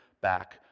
back